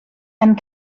and